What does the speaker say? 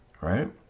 Right